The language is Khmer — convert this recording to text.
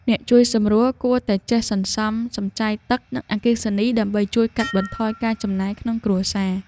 អ្នកជួយសម្រួលគួរតែចេះសន្សំសំចៃទឹក និងអគ្គិសនីដើម្បីជួយកាត់បន្ថយការចំណាយក្នុងគ្រួសារ។